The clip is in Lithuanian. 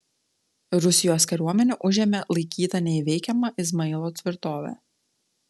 rusijos kariuomenė užėmė laikytą neįveikiama izmailo tvirtovę